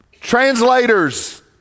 translators